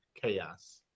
chaos